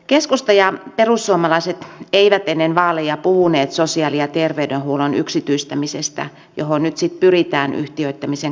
keskusta ja perussuomalaiset eivät ennen vaaleja puhuneet sosiaali ja terveydenhuollon yksityistämisestä johon nyt sitten pyritään yhtiöittämisen kautta